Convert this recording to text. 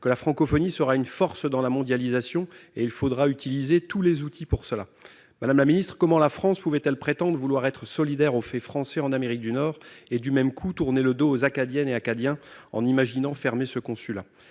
que « la francophonie sera une force dans la mondialisation » et qu'« il faudra utiliser tous les outils pour cela ». Madame la secrétaire d'État, comment la France pouvait-elle prétendre vouloir être solidaire du fait français en Amérique du Nord et, d'un même mouvement, tourner le dos aux Acadiennes et aux Acadiens en imaginant fermer ce consulat ?